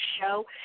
show